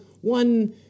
one